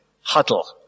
huddle